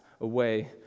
away